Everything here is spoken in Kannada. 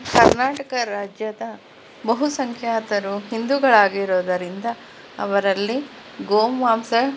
ಕರ್ನಾಟಕ ರಾಜ್ಯದ ಬಹುಸಂಖ್ಯಾತರು ಹಿಂದೂಗಳಾಗಿರೋದರಿಂದ ಅವರಲ್ಲಿ ಗೋಮಾಂಸ